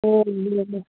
ओम्